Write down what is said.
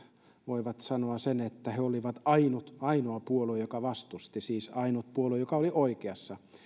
voivat sanoa sen että he olivat ainoa puolue joka vastusti siis ainut puolue joka oli oikeassa